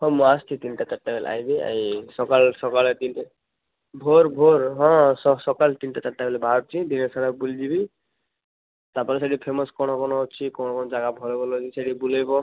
ହଁ ମୁଁ ଆସୁଛି ତିନିଟା ଚାରିଟା ବେଲେ ଆଇବି ଏଇ ସକାଳେ ସକାଳେ ତିନିଟା ଭୋର ଭୋର ହଁ ସକାଳେ ତିନିଟା ଚାରିଟା ବେଲେ ବାହାରୁଛି ଦିନସାରା ବୁଲି ଯିବି ତାପରେ ସେଠି ଫେମସ୍ କଣ କଣ ଅଛି କଣ କଣ ଜାଗା ଭଲ ଭଲ ସେଠି ବୁଲେଇବ